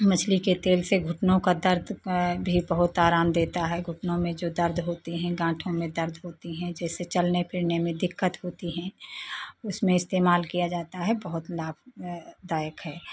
मछली के तेल से घुटनों का दर्द भी बहुत आराम देता है घुटनों में जो दर्द होते हैं गाँठो में दर्द होती हैं जैसे चलने फ़िरने में दिक्कत होती हैं उसमें इस्तेमाल किया जाता है बहुत लाभ दायक है